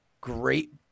great